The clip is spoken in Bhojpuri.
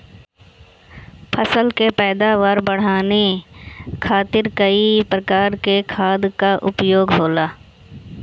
फसल के पैदावार बढ़ावे खातिर कई प्रकार के खाद कअ उपयोग होला